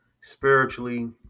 spiritually